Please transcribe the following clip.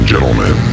Gentlemen